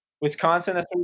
Wisconsin